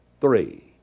three